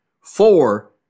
four